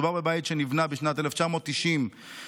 מדובר בבית שנבנה בשנת 1990 בתקן.